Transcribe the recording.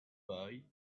boy